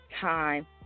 time